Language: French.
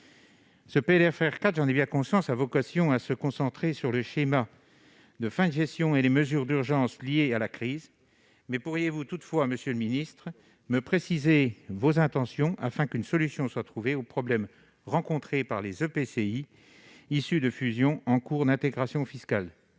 Ce PLFR 4- j'en ai bien conscience -a vocation à se concentrer sur le schéma de fin de gestion et sur les mesures d'urgence liée à la crise. Toutefois, monsieur le ministre, pourriez-vous me préciser vos intentions, afin qu'une solution soit trouvée aux problèmes rencontrés par les EPCI issus de fusions en cours d'intégration fiscale ?